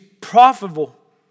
profitable